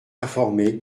informé